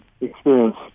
experience